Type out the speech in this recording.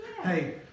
Hey